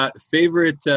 Favorite